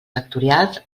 sectorials